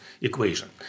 equation